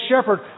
shepherd